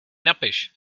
napiš